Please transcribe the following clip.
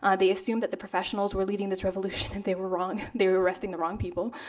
ah they assumed that the professionals were leading this revolution, and they were wrong. they were arresting the wrong people.